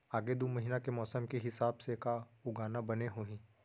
आगे दू महीना के मौसम के हिसाब से का उगाना बने होही?